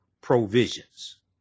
provisions